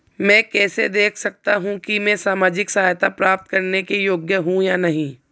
मैं कैसे देख सकता हूं कि मैं सामाजिक सहायता प्राप्त करने योग्य हूं या नहीं?